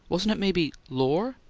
wasn't it maybe lohr?